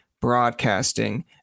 broadcasting